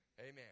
Amen